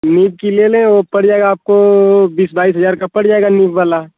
नीव की ले लें वो पड़ जाएगा आपको बीस बाईस हज़ार का पड़ जाएगा नीव वाला